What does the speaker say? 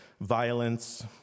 violence